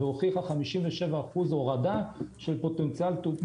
והוכיחה 57% הורדה של פוטנציאל הורדת תאונות.